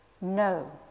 No